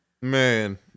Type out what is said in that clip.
Man